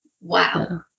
Wow